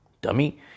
dummy